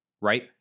Right